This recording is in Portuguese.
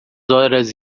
horas